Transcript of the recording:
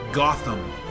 Gotham